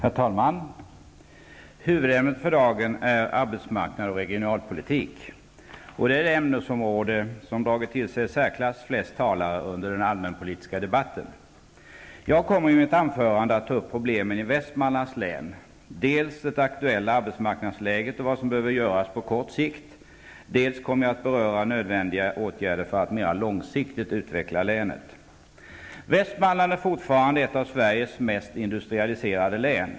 Herr talman! Huvudämnet för dagen är arbetsmarknad och regionalpolitik. Det är det ämnesområde som har dragit till sig de i särklass flesta talarna under den allmänpolitiska debatten. Jag kommer i mitt anförande att ta upp problemen i Västmanlands län, dels det aktuella arbetsmarknadsläget och vad som behöver göras på kort sikt, dels nödvändiga åtgärder för att mera långsiktigt utveckla länet. Västmanlands län är fortfarande ett av Sveriges mest industrialiserade län.